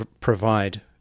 provide